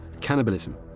cannibalism